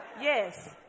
Yes